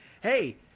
Hey